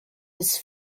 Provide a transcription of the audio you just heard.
his